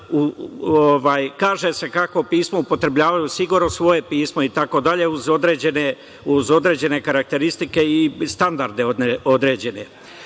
kaže se kako pismo upotrebljavaju, sigurno svoje pismo i tako dalje, uz određene karakteristike i standarde određene. Nije